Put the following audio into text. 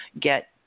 get